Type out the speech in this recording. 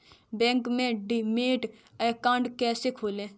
Bank में demat account कैसे खोलें?